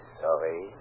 sorry